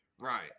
Right